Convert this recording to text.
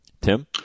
Tim